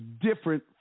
different